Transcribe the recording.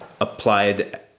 applied